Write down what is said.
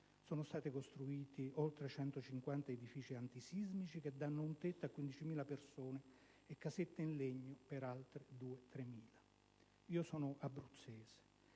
sono stati costruiti oltre 150 edifici antisismici che danno un tetto a 15.000 persone e casette in legno per altre 2.000-3.000. Io sono abruzzese,